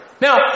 Now